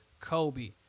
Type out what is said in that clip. Kobe